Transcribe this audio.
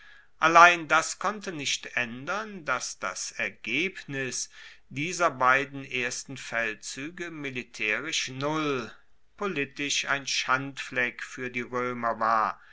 allein das konnte nicht aendern dass das ergebnis dieser beiden ersten feldzuege militaerisch null politisch ein schandfleck fuer die roemer war